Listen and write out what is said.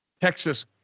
Texas